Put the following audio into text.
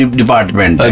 department